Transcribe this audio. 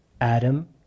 Adam